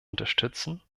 unterstützen